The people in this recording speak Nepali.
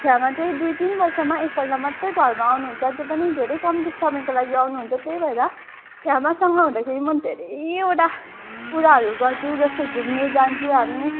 छ्यामा चाहिँ दुई तिन वर्षमा एकपल्ट मात्रै घरमा आउनु हुन्छ त्यो पनि धेरै कम्ती समयको लागि आउनु हुन्छ त्यही भएर छ्यामासँग हुँदाखेरि म धेरैवटा कुराहरू गर्छु जस्तै घुम्नु जान्छु हामी